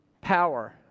power